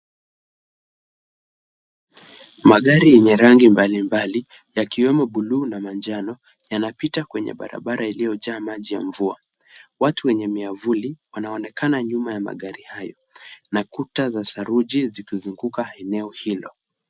Magari yenye rangi mbali mbali yakiwemo ya buluu nà manjano yanapita kwenye barabara iliyojaa maji ya mvua. Watu wenye miavuli wanaonekana nyúma ya magari hayo na kuta za saruji zikizunguka eneo hilo.